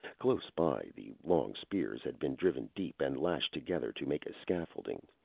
close by, the long spears had been driven deep and lashed together to make a scaffolding,